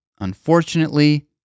unfortunately